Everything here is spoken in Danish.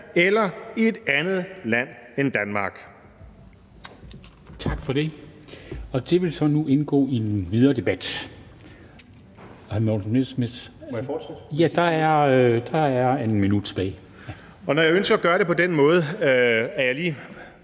eller i et andet land end Danmark.«